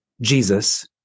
Jesus